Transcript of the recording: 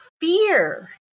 fear